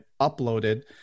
uploaded